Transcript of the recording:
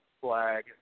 flag